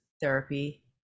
therapy